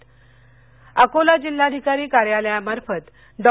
अभियान अकोला जिल्हाधिकारी कार्यालयामार्फत डॉ